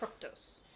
Fructose